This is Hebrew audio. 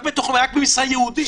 רק במשרה ייעודית.